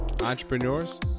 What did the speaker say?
entrepreneurs